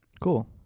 Cool